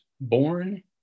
born